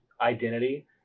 identity